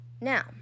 Now